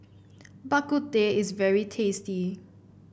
Bak Kut Teh is very tasty